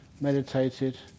meditated